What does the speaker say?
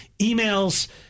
emails